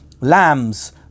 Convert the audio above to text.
lambs